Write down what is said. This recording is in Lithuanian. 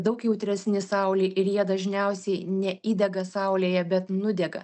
daug jautresni saulei ir jie dažniausiai neįdega saulėje bet nudega